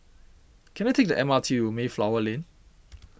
can I take the M R T to Mayflower Lane